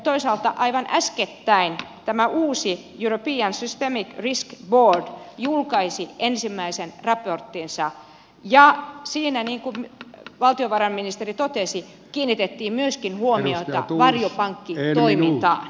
toisaalta aivan äskettäin tämä uusi european systemic risk board julkaisi ensimmäisen raporttinsa ja siinä niin kuin valtiovarainministeri totesi kiinnitettiin myöskin huomiota varjopankkitoimintaan